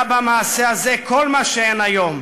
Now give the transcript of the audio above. היה במעשה הזה כל מה שאין היום: